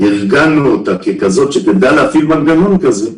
ארגנה אותה ככזאת שתדע להפעיל מנגנון כזה,